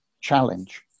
challenge